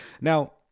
now